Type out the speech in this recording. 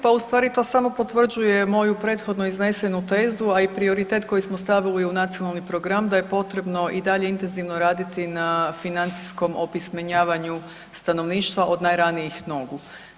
Pa ustvari to samo potvrđuje moju prethodnu iznesenu tezu a i prioritet koji smo stavili u nacionalni program da je potrebno i dalje intenzivno raditi na financijskom opismenjavanju stanovništva od najranijih nogu.